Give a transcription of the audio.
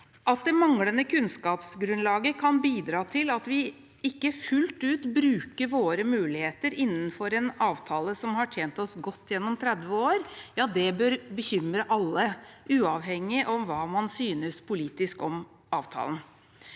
At det manglende kunnskapsgrunnlaget kan bidra til at vi ikke fullt ut bruker våre muligheter innenfor en avtale som har tjent oss godt gjennom 30 år, bør bekymre alle, uavhengig av hva man synes om avtalen